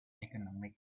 economic